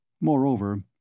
Moreover